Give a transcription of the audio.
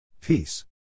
Peace